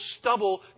stubble